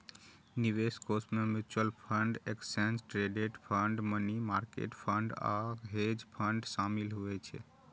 निवेश कोष मे mutual fund, exchange traded fund, money market fund आ हेज फंड शामिल होइ छै